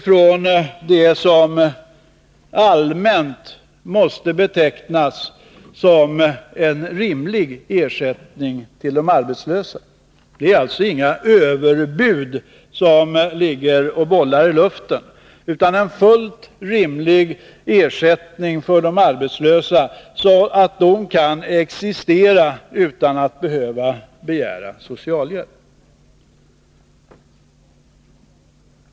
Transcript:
från det som allmänt måste betecknas som en rimlig ersättning till de arbetslösa. Det är alltså inte fråga om några överbud utan om en fullt rimlig ersättning för arbetslösa, så att de kan existera utan att behöva begära socialhjälp.